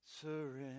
surrender